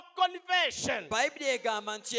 conversion